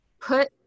put